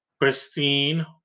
Christine